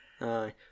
Aye